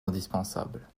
indispensable